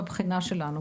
בבחינה שלנו,